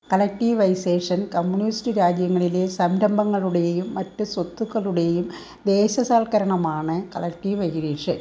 collectivisation communist രാജ്യങ്ങളിലെ സംരംഭങ്ങളുടേയും മറ്റ് സ്വത്തുക്കളുടേയും ദേശസൽക്കരണമാണ് കലക്റ്റീവജിലേഷൻ